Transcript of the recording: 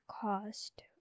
cost